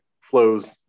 flows